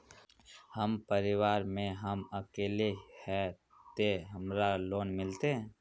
हम परिवार में हम अकेले है ते हमरा लोन मिलते?